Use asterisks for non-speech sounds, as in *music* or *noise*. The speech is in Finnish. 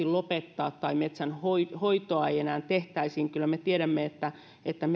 *unintelligible* lopettaa tai metsänhoitoa ei enää tehtäisi kyllä me tiedämme että että *unintelligible*